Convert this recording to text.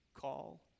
call